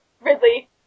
Ridley